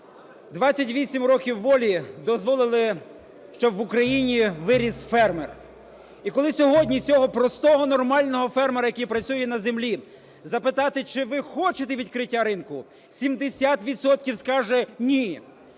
28 років волі дозволили, щоб в Україні виріс фермер. І, коли сьогодні у цього простого нормального фермера, який працює на землі, запитати, чи ви хочете відкриття ринку, 70 відсотків